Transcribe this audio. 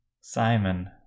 Simon